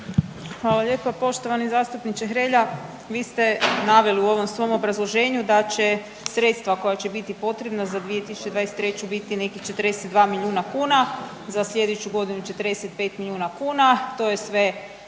Hvala lijepa. Poštovani zastupniče Hrelja vi ste naveli u ovom svom obrazloženju da će sredstva koja će biti potrebna za 2023. biti nekih 42 milijuna kuna, za sljedeću godinu 45 milijuna kuna.